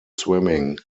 swimming